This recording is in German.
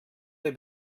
der